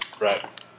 Right